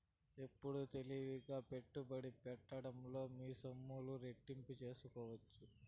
ఎప్పుడు తెలివిగా పెట్టుబడి పెట్టడంలో మీ సొమ్ములు రెట్టింపు సేసుకోవచ్చు